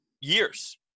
years